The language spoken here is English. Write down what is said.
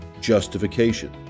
Justification